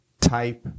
type